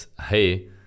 hey